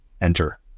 enter